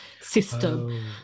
system